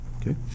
Okay